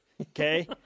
Okay